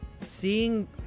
seeing